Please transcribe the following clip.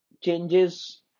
changes